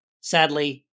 Sadly